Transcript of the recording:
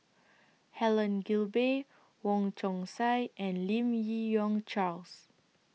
Helen Gilbey Wong Chong Sai and Lim Yi Yong Charles